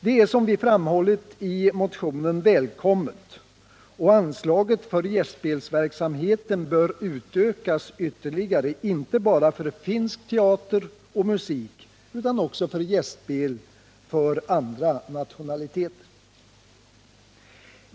Det är — som vi har framhållit i motionen — välkommet, och anslaget för gästspelsverksamheten bör utökas ytterligare, inte bara för finsk teater och musik utan också för gästspel av andra nationaliteter.